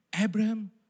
Abraham